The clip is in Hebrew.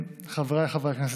חבריי חברי הכנסת,